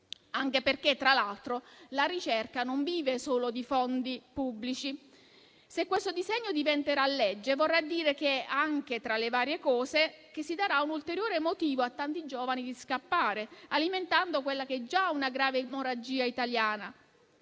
anche perché tra l'altro la ricerca non vive solo di fondi pubblici. Se questo disegno diventerà legge, vorrà dire anche, tra le varie cose, che si darà un ulteriore motivo a tanti giovani di scappare, alimentando quella che è già una grave emorragia italiana: